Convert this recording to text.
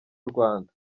rwanda